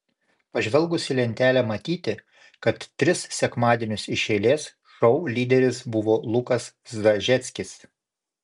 pažvelgus į lentelę matyti kad tris sekmadienius iš eilės šou lyderis buvo lukas zažeckis